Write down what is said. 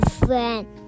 friend